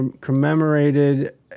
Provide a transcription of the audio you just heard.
commemorated